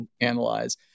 analyze